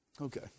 Okay